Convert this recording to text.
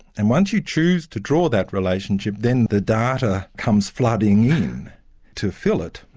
and once you choose to draw that relationship, then the data comes flooding in to fill it,